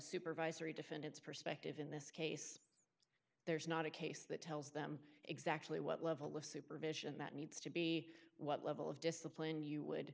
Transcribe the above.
supervisory defendant's perspective in this case there is not a case that tells them exactly what level of supervision that needs to be what level of discipline you would